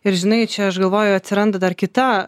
ir žinai čia aš galvoju atsiranda dar kita